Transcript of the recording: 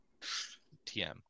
TM